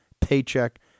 paycheck